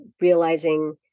realizing